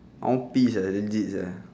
I want pee legit sia